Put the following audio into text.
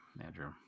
Andrew